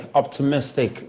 optimistic